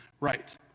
right